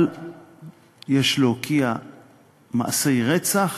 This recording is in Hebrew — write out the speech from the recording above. אבל יש להוקיע מעשי רצח